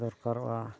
ᱫᱚᱨᱠᱟᱨᱚᱜᱼᱟ